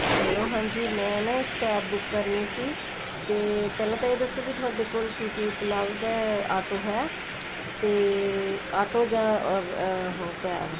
hello ਹਾਂਜੀ ਮੈਂ ਨਾ ਇੱਕ ਕੈਬ ਬੁੱਕ ਕਰਨੀ ਸੀ ਅਤੇ ਪਹਿਲਾਂ ਤਾਂ ਇਹ ਦੱਸੋ ਵੀ ਤੁਹਾਡੇ ਕੋਲ ਕੀ ਕੀ ਉਪਲਬਧ ਹੈ ਆਟੋ ਹੈ ਅਤੇ ਆਟੋ ਜਾਂ ਉਹ ਕੈਬ